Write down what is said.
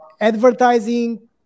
advertising